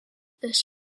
this